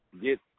Get